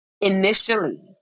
initially